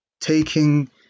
Taking